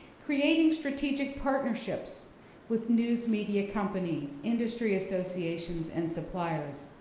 creating strategic partnerships with news media companies, industry associations and suppliers,